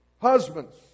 husbands